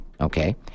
Okay